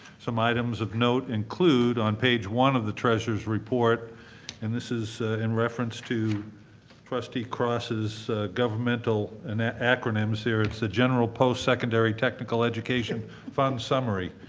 some items of note include, on page one of the treasurer's report and this is in reference to trustee cross's governmental and ah acronyms here it's a general post-secondary technical education fund summary.